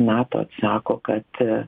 nato atsako kad